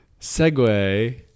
segue